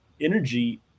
energy